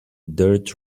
dirt